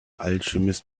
alchemist